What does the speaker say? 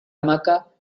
hamaca